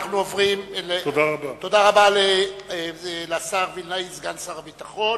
תודה רבה למתן וילנאי, סגן שר הביטחון.